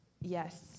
yes